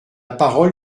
parole